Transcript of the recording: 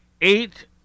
eight-